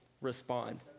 respond